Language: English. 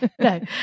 No